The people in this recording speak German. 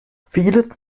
viele